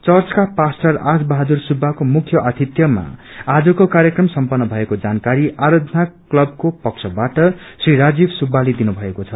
चर्चका पास्टर आस बहादुर सुब्बाको मुख्य आतिध्यमा आजको कार्यक्रम सम्पन्न भएको जानकारी आरधाना क्लबको पक्षमा श्री राजीव सुब्बाले दिनुभएको छ